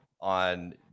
on